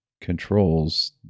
controls